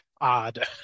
odd